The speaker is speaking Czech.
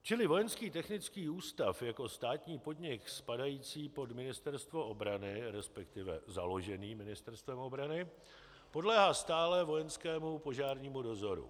Čili Vojenský technický ústav jako státní podnik spadající pod Ministerstvo obrany, resp. založený Ministerstvem obrany, podléhá stále vojenskému požárnímu dozoru.